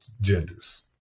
genders